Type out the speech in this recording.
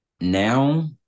now